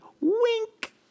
Wink